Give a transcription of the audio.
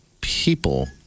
people